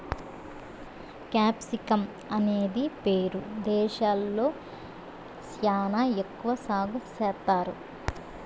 capsicum అనేది Peru దేశంలో శ్యానా ఎక్కువ సాగు చేత్తారు